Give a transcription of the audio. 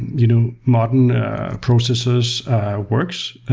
you know modern processors works,